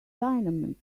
dynamite